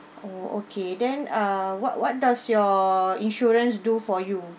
oh okay then uh what what does your insurance do for you